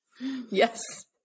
Yes